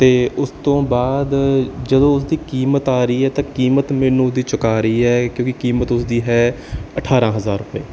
ਅਤੇ ਇਸ ਤੋਂ ਬਾਅਦ ਜਦੋਂ ਉਸਦੀ ਕੀਮਤ ਆ ਰਹੀ ਹੈ ਤਾਂ ਕੀਮਤ ਮੈਨੂੰ ਉਹਦੀ ਚੁਕਾ ਰਹੀ ਹੈ ਕਿਉਂਕਿ ਕੀਮਤ ਉਸਦੀ ਹੈ ਅਠਾਰਾਂ ਹਜ਼ਾਰ ਰੁਪਏ